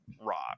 Rock